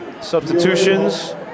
Substitutions